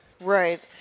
right